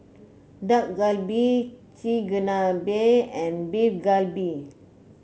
Dak Galbi Chigenabe and Beef Galbi